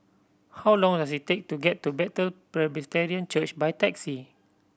how long does it take to get to Bethel Presbyterian Church by taxi